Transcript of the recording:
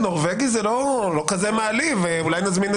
חבר הכנסת המכהן כשר או כסגן שר אינו רשאי להפסיק את